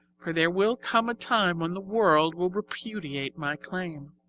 for there will come a time when the world will repudiate my claim.